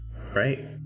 right